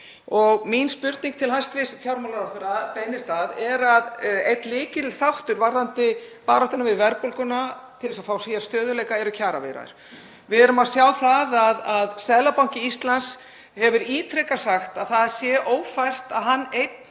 og mín spurning til hæstv. fjármálaráðherra beinist að, er að einn lykilþáttur varðandi baráttuna við verðbólguna til að fá hér stöðugleika eru kjaraviðræður. Við erum að sjá að Seðlabanki Íslands hefur ítrekað sagt að það sé ófært að hann einn,